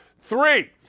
Three